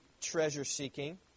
treasure-seeking